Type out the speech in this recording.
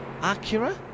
Acura